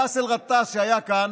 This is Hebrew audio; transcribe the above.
באסל גטאס, שהיה כאן,